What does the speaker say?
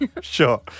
Sure